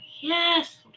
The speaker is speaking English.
yes